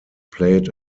played